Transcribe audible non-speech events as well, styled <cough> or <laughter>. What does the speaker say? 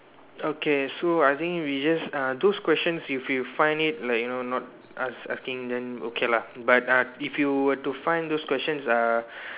okay so I think we just uh those questions if you find it like you know not not ask asking then okay lah but uh if you were to find those questions uh <breath>